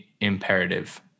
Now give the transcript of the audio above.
imperative